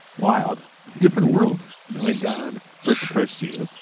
wild. different world. and when don first approached you,